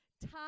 time